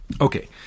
Okay